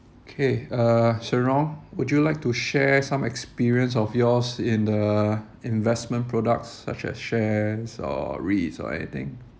K uh shen rong would you like to share some experience of yours in the investment products such as shares or REITs or anything